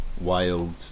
wild